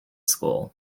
school